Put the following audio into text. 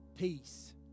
peace